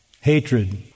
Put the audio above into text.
hatred